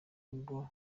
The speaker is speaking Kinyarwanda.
bwo